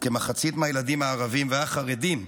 וכמחצית מהילדים הערבים והחרדים,